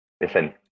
Listen